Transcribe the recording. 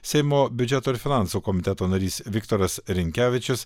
seimo biudžeto ir finansų komiteto narys viktoras rinkevičius